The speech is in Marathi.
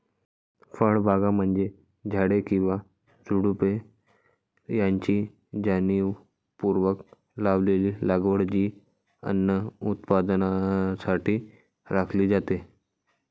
फळबागा म्हणजे झाडे किंवा झुडुपे यांची जाणीवपूर्वक लावलेली लागवड जी अन्न उत्पादनासाठी राखली जाते